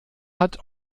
hat